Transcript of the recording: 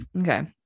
okay